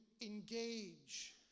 engage